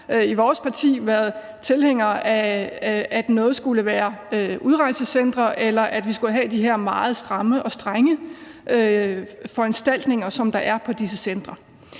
i vores parti har været tilhængere af, at der skulle være udrejsecentre, eller at vi skulle have de her meget stramme og strenge foranstaltninger, som der er på disse centre.